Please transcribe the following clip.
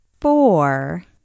Four